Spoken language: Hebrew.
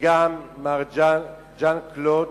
וגם מר ז'אן קלוד.